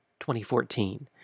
2014